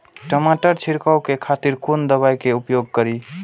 टमाटर छीरकाउ के खातिर कोन दवाई के उपयोग करी?